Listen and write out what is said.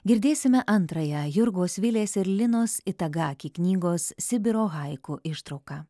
girdėsime antrąją jurgos vilės ir linos itagaki knygos sibiro haiku ištrauką